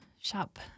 shop